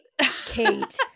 Kate